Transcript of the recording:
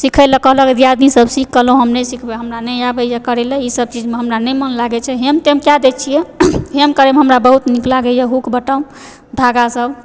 सीखए लऽ कहलक दिआदनी सब सीख कहलहुँ हम नहि सीखबै हमरा नहि आबैए करए लए ई सब चीजमे हमरा नहि मन लागैत छै हेम तेम कए दए छिऐ हेम करएमे हमरा बहुत नीक लागैए हुक बटम धागा सब